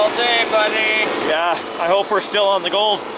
buddy. yeah, i hope we're still on the gold.